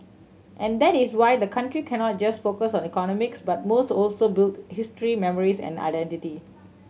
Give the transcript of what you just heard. and that is why the country cannot just focus on economics but must also build history memories and identity